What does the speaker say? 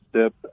step